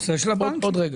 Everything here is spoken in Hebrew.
עוד רגע.